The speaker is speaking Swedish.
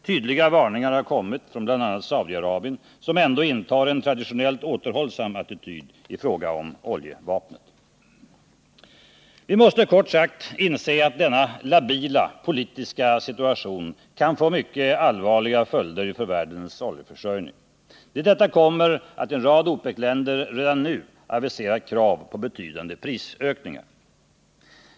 Tydliga varningar har kommit från bl.a. Saudi-Arabien, som ändå intar en traditionellt återhållsam attityd i fråga om oljevapnet. Vi måste, kort sagt, inse att denna labila politiska situation kan få mycket allvarliga följder för världens oljeförsörjning. Till detta kommer att en rad OPEC-länder redan nu aviserat krav på betydande prisökningar.